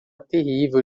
terrível